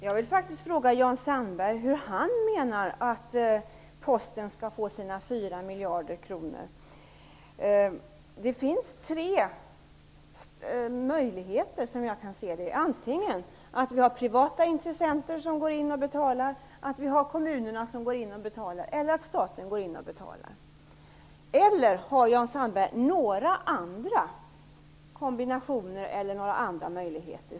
Fru talman! Jag vill fråga Jan Sandberg hur han menar att Posten skall få sina 4 miljarder kronor. Det finns som jag kan se det tre möjligheter. Antingen går privata intressenter, kommunerna eller staten in och betalar. Ser Jan Sandberg några andra kombinationer eller några andra möjligheter?